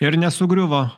ir nesugriuvo